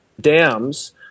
dams